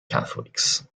catholics